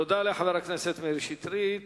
תודה לחבר הכנסת מאיר שטרית.